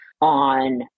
on